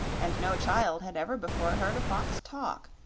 and no child had ever before heard a fox talk,